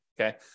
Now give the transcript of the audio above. okay